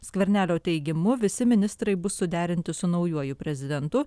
skvernelio teigimu visi ministrai bus suderinti su naujuoju prezidentu